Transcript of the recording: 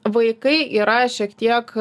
vaikai yra šiek tiek